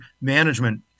management